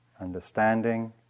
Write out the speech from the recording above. understanding